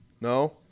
No